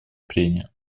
прения